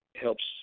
helps